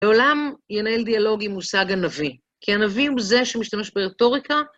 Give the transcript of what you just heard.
העולם ינהל דיאלוג עם מושג הנביא, כי הנביא הוא זה שמשתמש ברטוריקה.